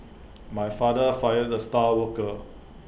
my father fired the star worker